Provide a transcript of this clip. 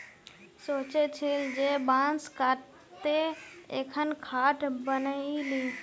सोचे छिल जे बांस काते एकखन खाट बनइ ली